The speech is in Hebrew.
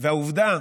והעובדה